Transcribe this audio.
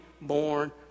born